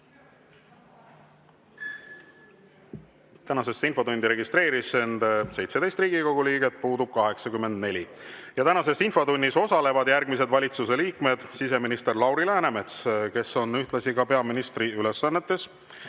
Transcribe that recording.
Tänasesse infotundi registreerus 17 Riigikogu liiget, puudub 84. Tänases infotunnis osalevad järgmised valitsusliikmed: siseminister Lauri Läänemets, kes on ühtlasi ka peaministri ülesannetes,